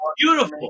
beautiful